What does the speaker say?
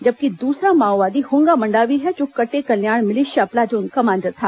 जबकि दूसरा माओवादी हूंगा मंडावी है जो कटेकल्याण मिलिशिया प्लाटून कमांडर था